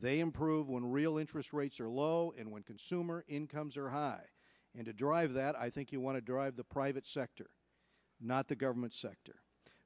they improve when real interest rates are low and when consumer incomes are high and a drive that i think you want to drive the private sector not the government sector